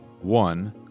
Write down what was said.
One